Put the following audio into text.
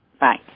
Bye